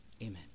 amen